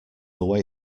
away